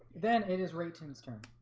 then it is ratings turn